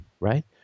Right